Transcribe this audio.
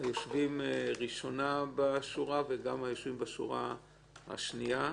היושבים ראשונה בשורה הראשונה וגם היושבים בשורה השנייה.